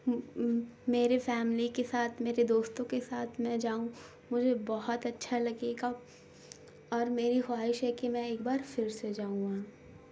میرے فیملی کے ساتھ میرے دوستوں کے ساتھ میں جاؤں مجھے بہت اچھا لگے گا اور میری خواہش ہے کہ میں ایک بار پھر سے جاؤں گا